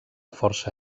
força